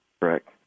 Correct